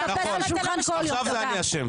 עכשיו אני אשם.